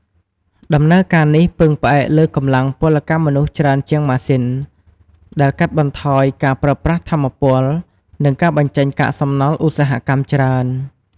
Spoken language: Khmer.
ដំណើរការនេះពឹងផ្អែកលើកម្លាំងពលកម្មមនុស្សច្រើនជាងម៉ាស៊ីន ដែលកាត់បន្ថយការប្រើប្រាស់ថាមពល និងការបញ្ចេញកាកសំណល់ឧស្សាហកម្មច្រើន។